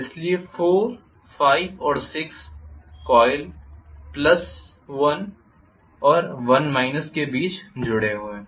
इसलिए 4 5 और 6 कॉइल 1 और 1 के बीच जुड़े हुए हैं